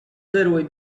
settled